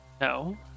no